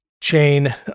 chain